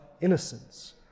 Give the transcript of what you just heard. innocence